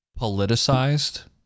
politicized